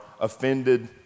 offended